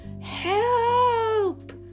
Help